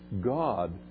God